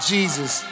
Jesus